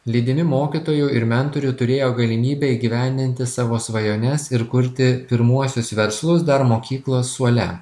lydimi mokytojų ir mentorių turėjo galimybę įgyvendinti savo svajones ir kurti pirmuosius verslus dar mokyklos suole